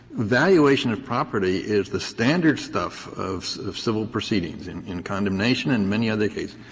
valuation of property is the standard stuff of of civil proceedings in in condemnation and many other cases.